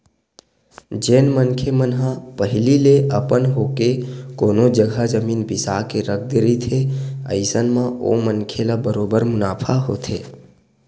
जेन मनखे मन ह पहिली ले अपन होके कोनो जघा जमीन बिसा के रख दे रहिथे अइसन म ओ मनखे ल बरोबर मुनाफा होथे